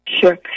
Sure